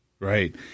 Right